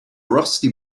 rusty